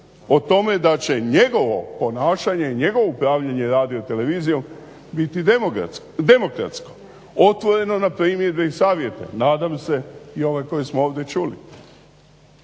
o tome da će njegovo ponašanje i njegovo upravljanje radiom i televizijom biti demokratsko, otvoreno na primjedbe i savjete. Nadam se i ovaj koji smo ovdje čuli.